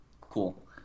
Cool